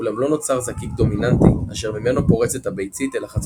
אולם לא נוצר זקיק דומיננטי אשר ממנו פורצת הביצית אל החצוצרה,